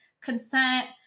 consent